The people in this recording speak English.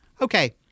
okay